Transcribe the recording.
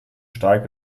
stark